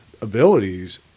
abilities